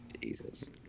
Jesus